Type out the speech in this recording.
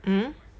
mm